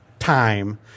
time